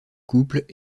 couples